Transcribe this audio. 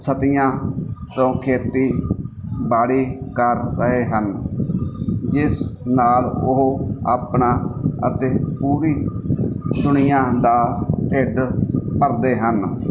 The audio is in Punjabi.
ਸਦੀਆਂ ਤੋਂ ਖੇਤੀਬਾੜੀ ਕਰ ਰਹੇ ਹਨ ਜਿਸ ਨਾਲ ਉਹ ਆਪਣਾ ਅਤੇ ਪੂਰੀ ਦੁਨੀਆਂ ਦਾ ਢਿੱਡ ਭਰਦੇ ਹਨ